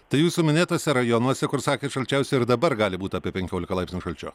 tai jūsų minėtuose rajonuose kur sakėt šalčiausia ir dabar gali būt apie penkiolika laipsnių šalčio